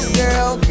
girl